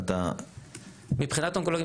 מבחינת האונקולוגים,